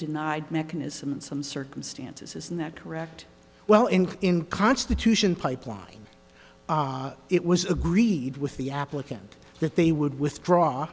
denied mechanism in some circumstances isn't that correct well in in constitution pipeline it was agreed with the applicant that they would withdraw